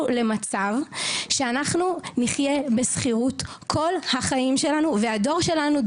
למצב שאנחנו נחיה בשכירות כל החיים שלנו והדור שלנו,